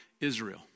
Israel